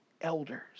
elders